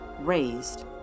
raised